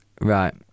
Right